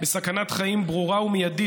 בסכנת חיים ברורה ומיידית,